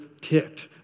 ticked